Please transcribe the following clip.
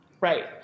Right